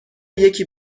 یکی